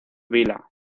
vila